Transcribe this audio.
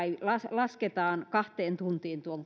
lasketaan kahteen tuntiin tuon